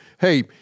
Hey